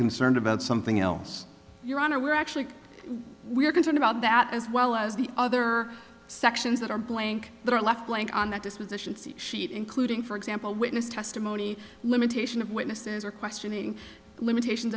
concerned about something else your honor we're actually we're concerned about that as well as the other sections that are blank that are left blank on the dispositions sheet including for example witness testimony limitation of witnesses or questioning limitations